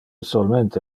solmente